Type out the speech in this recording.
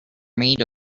made